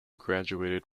graduated